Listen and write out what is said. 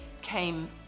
came